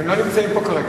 הם לא נמצאים פה כרגע.